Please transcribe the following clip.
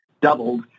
doubled